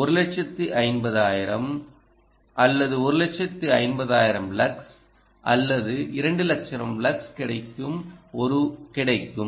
150000 அல்லது 150000 லக்ஸ் அல்லது 200000 லக்ஸ் கிடைக்கும்